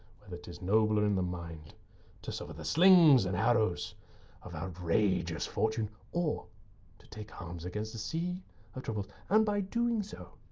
whether tis nobler in the mind to suffer the slings and arrows of outrageous fortune, or to take arms against a sea of troubles. and by doing so.